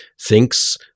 thinks